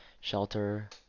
shelter